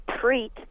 treat